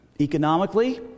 Economically